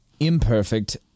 imperfect